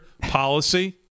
policy